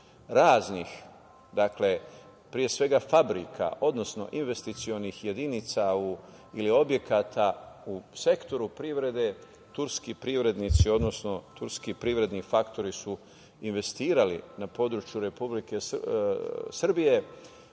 raznih, pre svega fabrika, odnosno investicionih jedinica ili objekata u sektoru privrede turski privrednici, odnosno turski privredni faktori su investirali na području Republike Srbije.